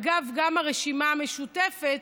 אגב, גם הרשימה המשותפת,